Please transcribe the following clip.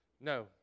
No